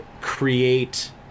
create